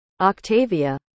Octavia